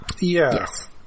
Yes